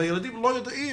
והילדים לא ידעו